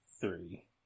Three